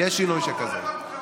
יהיה שינוי כזה.